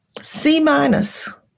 C-minus